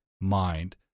mind